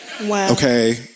okay